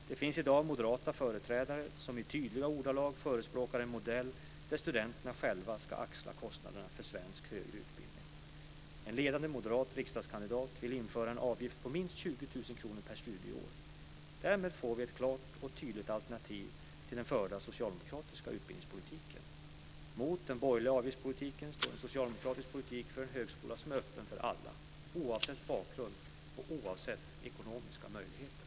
Det finns i dag moderata företrädare som i tydliga ordalag förespråkar en modell där studenterna själva ska axla kostnaderna för svensk högre utbildning. En ledande moderat riksdagskandidat vill införa en avgift på minst 20 000 kr per studieår. Därmed får vi ett klart och tydligt alternativ till den förda socialdemokratiska utbildningspolitiken. Mot den borgerliga avgiftspolitiken står en socialdemokratisk politik för en högskola som är öppen för alla - oavsett bakgrund och ekonomiska möjligheter.